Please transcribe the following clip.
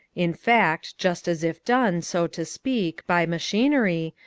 in fact just as if done, so to speak, by machinery,